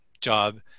job